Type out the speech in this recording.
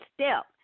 step